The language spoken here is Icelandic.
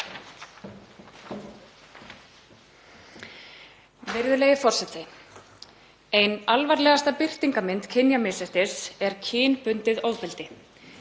Virðulegi forseti. Ein alvarlegasta birtingarmynd kynjamisréttis er kynbundið ofbeldi.